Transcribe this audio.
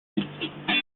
insight